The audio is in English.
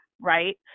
right